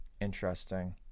interesting